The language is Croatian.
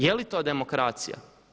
Je li to demokracija?